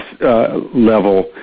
level